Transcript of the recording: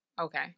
Okay